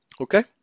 Okay